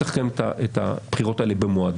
צריך לקיים את הבחירות האלה במועדן,